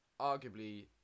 arguably